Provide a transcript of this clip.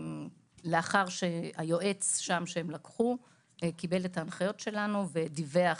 לאחר שהיועץ שהם לקחו קיבל את ההנחיות שלנו ודיווח